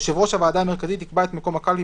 יושב ראש הוועדה המרכזית יקבע את מקום הקלפי